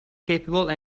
capable